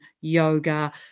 yoga